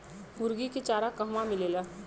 मुर्गी के चारा कहवा मिलेला?